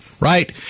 Right